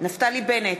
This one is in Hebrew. נפתלי בנט,